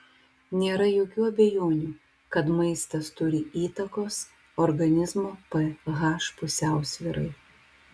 nėra jokių abejonių kad maistas turi įtakos organizmo ph pusiausvyrai